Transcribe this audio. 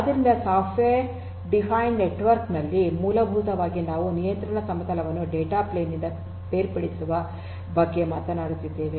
ಆದ್ದರಿಂದ software defined network ನಲ್ಲಿ ಮೂಲಭೂತವಾಗಿ ನಾವು ನಿಯಂತ್ರಣ ಸಮತಲವನ್ನು ಡೇಟಾ ಪ್ಲೇನ್ ನಿಂದ ಬೇರ್ಪಡಿಸುವ ಬಗ್ಗೆ ಮಾತನಾಡುತ್ತಿದ್ದೇವೆ